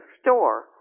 store